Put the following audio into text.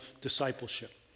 discipleship